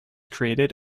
created